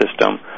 system